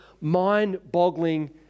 mind-boggling